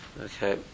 Okay